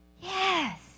Yes